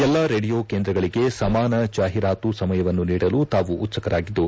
ಎಲ್ಲಾ ರೇಡಿಯೋ ಕೇಂದ್ರಗಳಗೆ ಸಮಾನ ಜಾಹಿರಾತು ಸಮಯವನ್ನು ನೀಡಲು ತಾವು ಉತ್ತುಕರಾಗಿದ್ದು